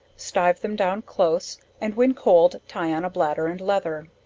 stive them down close, and when cold, tie on a bladder and leather.